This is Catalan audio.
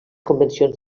convencions